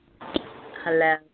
Hello